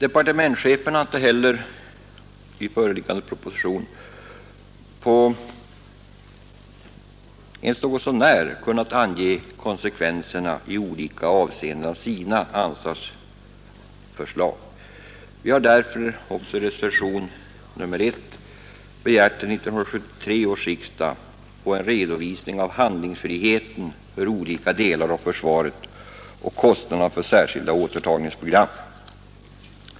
Departementschefen har inte Måndagen den heller i föreliggande proposition ens något så när kunnat ange konsekven 29 maj 1972 serna i olika avseenden av sina anslagsförslag. Vi har därför i reservationen 1 begärt att till 1973 års riksdag få en redovisning av handlingsfriheten för olika delar av försvaret och kostnaderna för särskilda återtagningsprogram.